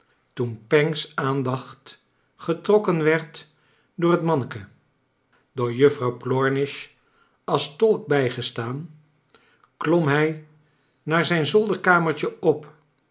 toen pancks aandacht getrokken werd door het manneke door juffrouw plornish als tolk bijgestaan klom hij naar zijn zolderkamertje op